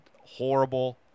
horrible